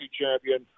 champion